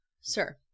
Sir